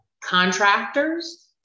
contractors